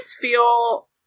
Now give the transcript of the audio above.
feel